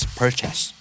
purchase